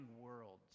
worlds